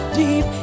deep